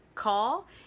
call